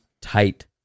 tight